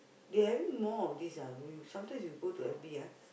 they're having more of these uh m~ sometimes you go to F_B ah